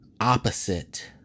opposite